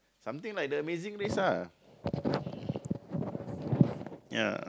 something like the amazing race lah ya